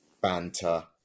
banter